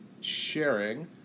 sharing